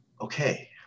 okay